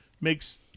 makes